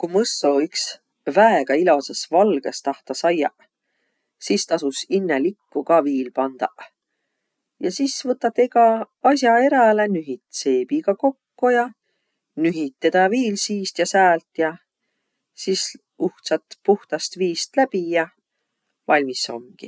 Ku mõsso iks väega ilosas valgõs tahta saiaq, sis tasus inne likku ka viil pandaq. Ja sis võtat egä as'a eräle, nühit seebiga kokko ja. Nühit tedä viil siist ja säält ja. Sis uhtsat puhtast viist läbi ja valmis omgi.